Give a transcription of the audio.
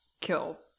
kill